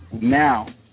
now